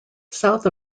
south